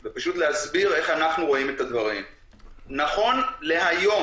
ולהסביר איך אנחנו רואים את הדברים נכון להיום,